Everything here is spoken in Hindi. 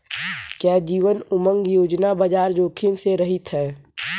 क्या जीवन उमंग योजना बाजार जोखिम से रहित है?